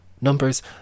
Numbers